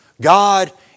God